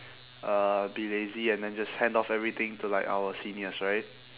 uh be lazy and then just hand off everything to like our seniors right